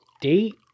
date